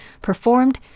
performed